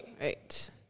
Right